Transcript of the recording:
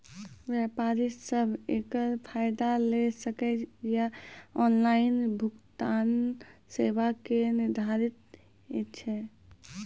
व्यापारी सब एकरऽ फायदा ले सकै ये? ऑनलाइन भुगतानक सीमा की निर्धारित ऐछि?